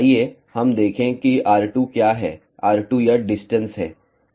आइए हम देखें कि r2 क्या है r2 यह डिस्टेंस है